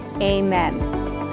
Amen